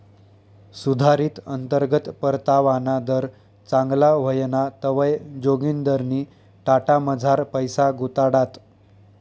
सुधारित अंतर्गत परतावाना दर चांगला व्हयना तवंय जोगिंदरनी टाटामझार पैसा गुताडात